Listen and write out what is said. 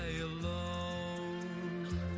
alone